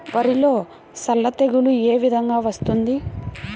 వరిలో సల్ల తెగులు ఏ విధంగా వస్తుంది?